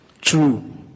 True